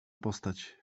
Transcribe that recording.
postać